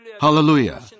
Hallelujah